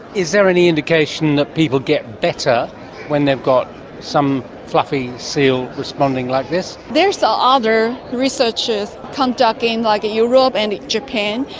is there any indication that people get better when they've got some fluffy seal responding like this? there are so ah other researchers conducting in like europe and japan.